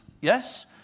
Yes